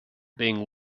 being